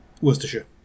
Worcestershire